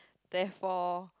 therefore